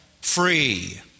free